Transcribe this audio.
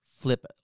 flip